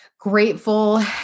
grateful